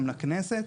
גם לכנסת,